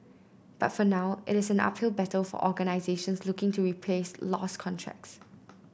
but for now it is an uphill battle for organisations looking to replace lost contracts